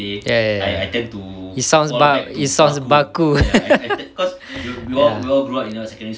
ya ya ya it sounds it sounds baku ya